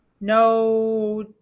No